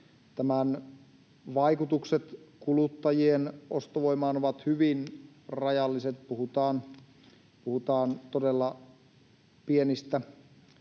Tämän vaikutukset kuluttajien ostovoimaan ovat hyvin rajalliset. Puhutaan todella pienistä